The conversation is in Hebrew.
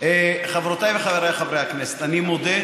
חברותיי וחבריי חברי הכנסת, אני מודה,